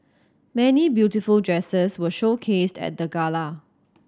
many beautiful dresses were showcased at the gala